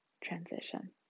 transition